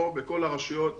ראשי הרשויות